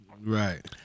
Right